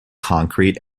concrete